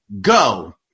go